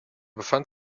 befand